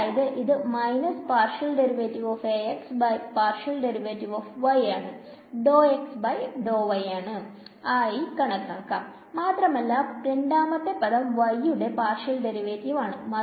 അതായത് ഇത് ആയി കണക്കാക്കാം മാത്രമല്ല രണ്ടാമത്തെ പദം y യുടെ പാർഷ്യൽ ഡെറിവറ്റീവ് ആണ്